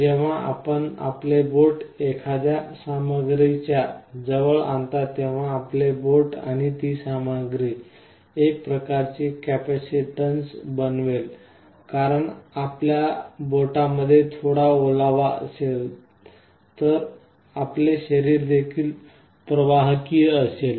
जेव्हा आपण आपले बोट एखाद्या सामग्री च्या जवळ आणता तेव्हा आपले बोट आणि ती सामग्री एक प्रकारची कपॅसिटन्स बनवेल कारण आपल्या बोटामध्ये थोडा ओलावा असेल तर आपले शरीर देखील प्रवाहकीय असेल